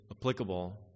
applicable